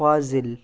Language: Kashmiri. فاضِل